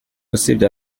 usibye